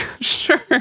Sure